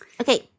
Okay